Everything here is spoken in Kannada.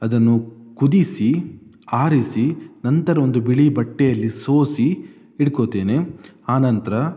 ಅದನ್ನು ಕುದಿಸಿ ಆರಿಸಿ ನಂತರ ಒಂದು ಬಿಳಿ ಬಟ್ಟೆಯಲ್ಲಿ ಸೋಸಿ ಇಟ್ಕೊಳ್ತೀನಿ ಆನಂತರ